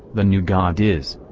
the new god is.